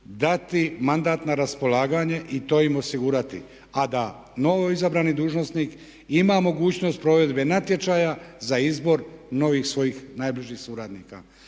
dati mandat na raspolaganje i to im osigurati a da novo izabrani dužnosnik ima provedbe natječaja za izbor novih svojih najbližih suradnika.